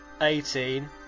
eighteen